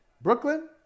Brooklyn